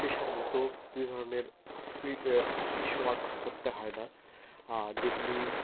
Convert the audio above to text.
পেশার মতো বিভিন্ন ধরনের অফিস ওয়ার্ক করতে হয় না যেগুলি